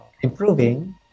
improving